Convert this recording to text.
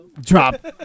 Drop